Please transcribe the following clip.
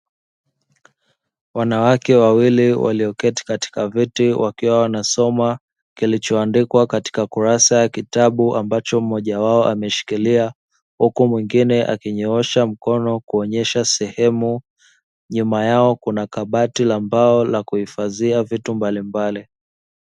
Wanawake wawili walioketi katika viti wakiwa wanasoma kilichoandikwa katika kurasa ya kitabu, ambacho mmoja wao ameshikilia, huku mwingine akinyoosha mkono kuonyesha sehemu. Nyuma yao kuna kabati la mbao la kuhifadhia vitu mbalimbali.